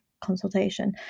consultation